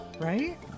right